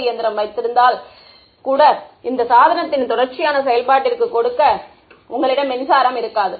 ஐ இயந்திரம் வைத்திருந்தால் இந்த சாதனத்தின் தொடர்ச்சியான செயல்பாட்டிற்கு கொடுக்க கூட உங்களிடம் மின்சாரம் இருக்காது